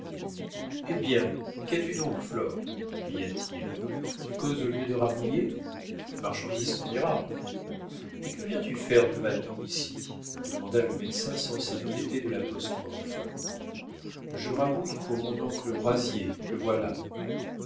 eh bien qu'as-tu donc flore cria-t-il tu causes au lieu de rabouiller la marchandise s'en ira et que viens-tu faire de vatan ici demanda le médecin sans s'inquiéter de l'apostrophe je rabouille pour mon oncle brazier que voilà